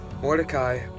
Mordecai